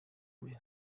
mbere